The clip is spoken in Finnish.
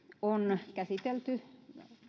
on käsitelty